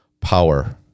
Power